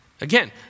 Again